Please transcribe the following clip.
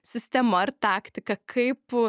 sistema ar taktika kaip